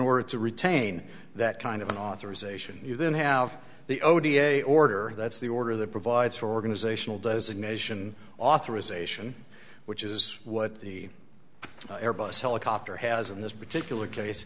order to retain that kind of an authorization you then have the ody a order that's the order that provides for organizational designation authorization which is what the airbus helicopter has in this particular case